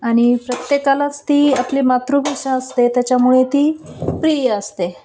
आणि प्रत्येकालाच ती आपली मातृभाषा असते त्याच्यामुळे ती प्रिय असते